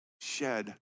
shed